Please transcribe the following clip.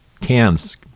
cans